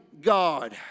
God